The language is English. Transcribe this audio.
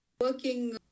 working